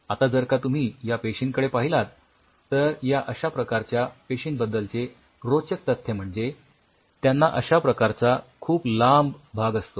आता जर का तुम्ही या पेशींकडे पाहिलात तर या अश्या प्रकारच्या पेशिंबद्दलचे रोचक तत्थ्य म्हणजे त्यांना अश्या प्रकारचा खूप लांब भाग असतो